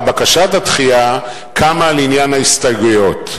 או בקשת הדחייה קמה על עניין ההסתייגויות.